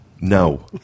No